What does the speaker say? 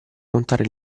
contare